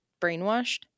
brainwashed